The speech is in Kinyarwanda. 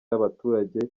y’abaturage